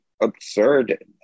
absurd